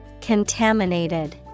Contaminated